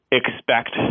expect